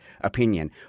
opinion